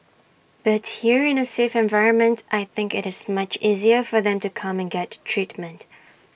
but here in A safe environment I think IT is much easier for them to come and get treatment